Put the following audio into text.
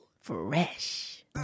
Fresh